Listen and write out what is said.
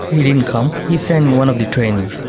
he didn't come. he sent one of the trainees.